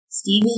Stevie